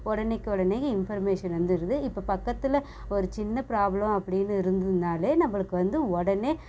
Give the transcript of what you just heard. உடனேக்கு உடனே இன்ஃபர்மேஷன் வந்துடுது இப்போ பக்கத்தில் ஒரு சின்ன ப்ராப்ளம் அப்படின்னு இருந்ததுன்னாலே நம்மளுக்கு வந்து உடனே